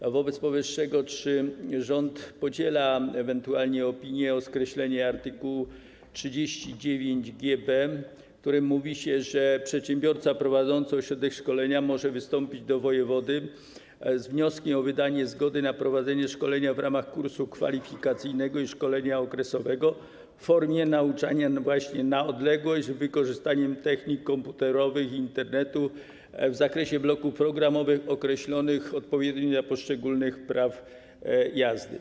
Czy wobec powyższego rząd podziela ewentualnie opinię o potrzebie skreślenia art. 39gb, w którym mówi się, że przedsiębiorca prowadzący ośrodek szkolenia może wystąpić do wojewody z wnioskiem o wydanie zgody na prowadzenie szkolenia w ramach kursu kwalifikacyjnego i szkolenia okresowego w formie nauczania właśnie na odległość, z wykorzystaniem technik komputerowych i Internetu, w zakresie bloków programowych określonych odpowiednio dla poszczególnych praw jazdy?